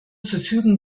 verfügen